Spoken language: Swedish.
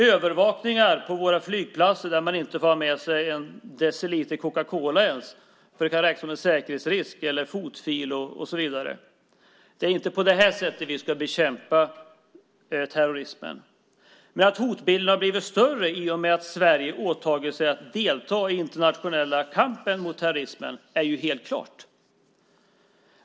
Övervakningar på våra flygplatser där man inte ens får ha med sig en deciliter cocacola eller en fotfil för att det kan räknas som en säkerhetsrisk. Det är inte på det sättet vi ska bekämpa terrorismen. Men att hotbilden har blivit större i och med att Sverige åtagit sig att delta i den internationella kampen mot terrorismen är helt klart.